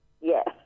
Yes